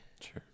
Sure